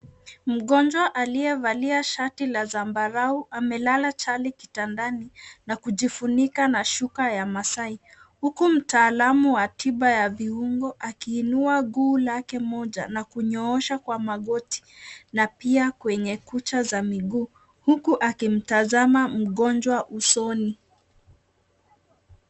Mgonjwa aliyevali shati la sambarau amelala chali na kujifunika shuka ya maasai, huku mtaalamu wa tiba wa viungoo akiinua mguu lakae moja na kunyoosha kwa magoti na pia kwenye kucha za miguu, huku akimtazama mgonjwa usoni.